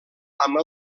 amb